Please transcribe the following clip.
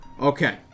Okay